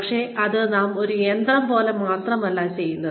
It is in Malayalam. പക്ഷേ അത് ഒരു യന്ത്രം പോലെ മാത്രമല്ല ചെയ്യുന്നത്